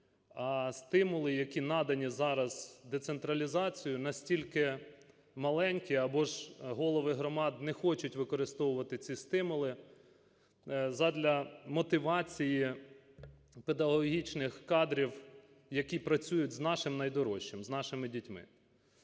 а стимули, які надані зараз децентралізацією, настільки маленькі або ж голови громад не хочуть використовувати ці стимули задля мотивації педагогічних кадрів, які працюють з нашим найдорожчим – з нашими дітьми.